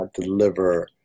deliver